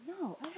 No